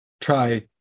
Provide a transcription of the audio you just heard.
Try